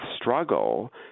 struggle